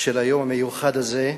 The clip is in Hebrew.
של היום המיוחד הזה,